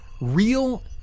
real